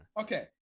Okay